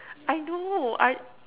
I know I